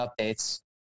updates